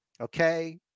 okay